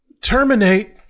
terminate